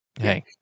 hey